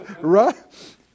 right